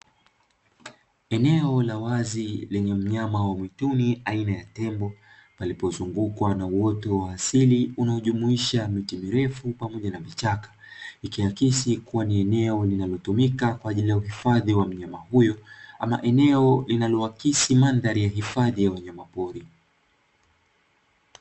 Eneo la wazi lenye wanyama wa mwituni aina ya tembo, palipozungukwa na na uoto wa asili unajumuisha miti mirefu pamoja na vichaka, likiakisi kuwa ni eneo linalotumika kwa ajili ya uhifadhi wa mnyama huyu ama eneo liinalokisi ni hifadhi ya mandhari ya wanyama pori.